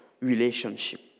relationship